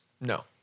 no